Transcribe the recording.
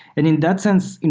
and in that sense,